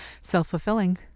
Self-fulfilling